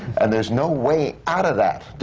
and there's no way out of that,